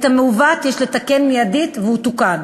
את המעוות יש לתקן מייד, והוא תוקן.